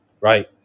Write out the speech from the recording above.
right